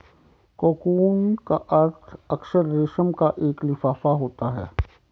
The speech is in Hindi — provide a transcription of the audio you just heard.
कोकून का अर्थ अक्सर रेशम का एक लिफाफा होता है